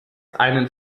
einen